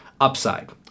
upside